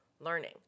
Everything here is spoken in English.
learning